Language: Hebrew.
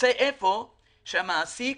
יוצא איפה שהמעסיק